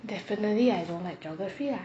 definitely I don't like geography lah